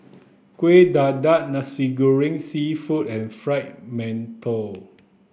Kueh Dadar Nasi Goreng Seafood and Fried Mantou